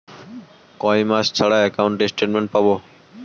কয় মাস ছাড়া একাউন্টে স্টেটমেন্ট পাব?